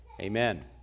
Amen